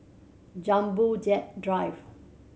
Jumbo Jet Drive